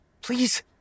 Please